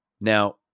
Now